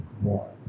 more